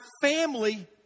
family